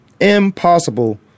impossible